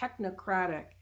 technocratic